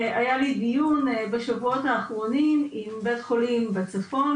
היה לי דיון בשבועות האחרונות עם בית חולים בצפון,